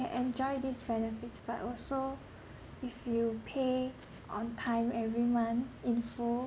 enjoy these benefits but also if you pay on time every month in full